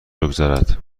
بگذرد